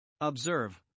Observe